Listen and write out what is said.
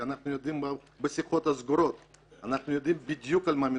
כי בשיחות הסגורות אנחנו יודעים בדיוק על מה מדובר.